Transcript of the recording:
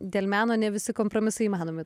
dėl meno ne visi kompromisai įmanomi